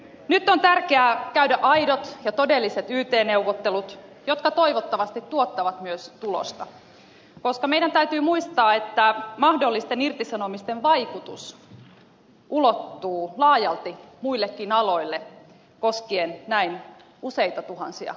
nyt on tärkeää käydä aidot ja todelliset yt neuvottelut jotka toivottavasti tuottavat myös tulosta koska meidän täytyy muistaa että mahdollisten irtisanomisten vaikutus ulottuu laajalti muillekin aloille koskien näin useita tuhansia suomalaisia